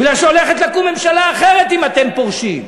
הולכת לקום ממשלה אחרת אם אתם פורשים.